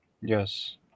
Yes